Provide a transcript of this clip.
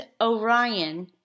Orion